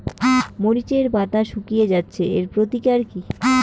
মরিচের পাতা শুকিয়ে যাচ্ছে এর প্রতিকার কি?